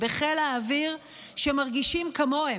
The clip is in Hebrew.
רבים בחיל האוויר שמרגישים כמוהם.